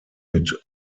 mit